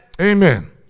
Amen